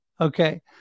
Okay